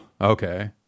okay